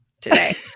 today